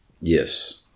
Yes